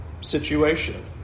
situation